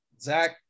Zach